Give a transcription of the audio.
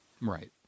Right